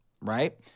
right